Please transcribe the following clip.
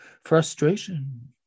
frustration